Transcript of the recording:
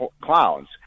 clowns